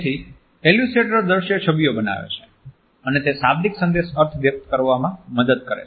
તેથી ઈલ્યુસ્ટ્રેટર્સ દ્રશ્ય છબીઓ બનાવે છે અને તે શાબ્દિક સંદેશ અર્થ વ્યક્ત કરવા માં મદદ કરે છે